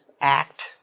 act